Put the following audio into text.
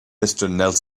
nelson